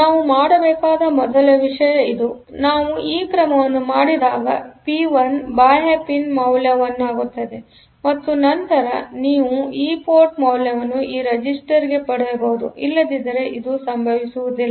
ನಾವು ಮಾಡಬೇಕಾದ ಮೊದಲ ವಿಷಯ ಇದು ನಾವು ಈ ಕ್ರಮವನ್ನು ಮಾಡಿದಾಗ ಪಿ1 ಬಾಹ್ಯ ಪಿನ್ ಮೌಲ್ಯ 1 ಆಗುತ್ತದೆ ಮತ್ತು ನಂತರ ನೀವು ಈ ಪೋರ್ಟ್ನ ಮೌಲ್ಯವನ್ನು ಈ ರಿಜಿಸ್ಟರ್ಗೆ ಪಡೆಯಬಹುದುಇಲ್ಲದಿದ್ದರೆ ಇದು ಸಂಭವಿಸುವುದಿಲ್ಲ